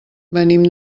venim